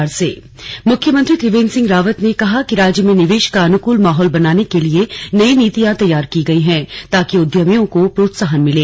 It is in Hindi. मुख्यमंत्री इनवेस्टर्स समिट मुख्यमंत्री त्रियेंद्र सिंह रावत ने कहा कि राज्य में निवेश का अनुकूल माहौल बनाने के लिए नई नीतियां तैयार की गई हैं ताकि उद्यमियों को प्रोत्साहन मिले